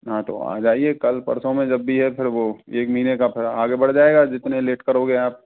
हाँ तो आ जाइये कल परसों में जब भी है फिर वो एक महीने का फिर आगे बढ़ जाएगा जितने लेट करोगे आप